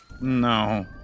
No